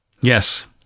Yes